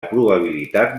probabilitat